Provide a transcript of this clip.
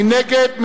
מי נגד?